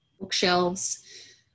bookshelves